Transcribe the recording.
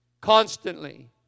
constantly